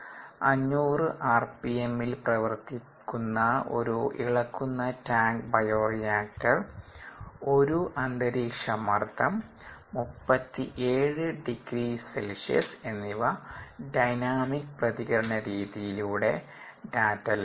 500 ആർപിഎമ്മിൽ പ്രവർത്തിക്കുന്ന ഒരു ഇളക്കുന്ന ടാങ്ക് ബയോറിയാക്ടർ 1 അന്തരീക്ഷ മർദ്ദം 37 ഡിഗ്രി c എന്നിവ ഡൈനാമിക് പ്രതികരണ രീതിയിലൂടെ ഡാറ്റ ലഭിച്ചു